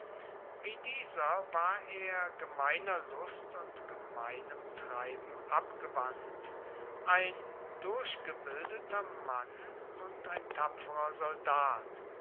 wie dieser war er gemeiner lust und gemeinem treiben abgewandt ein durchgebildeter mann und ein tapferer soldat